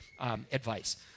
advice